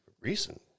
Recent